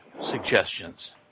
suggestions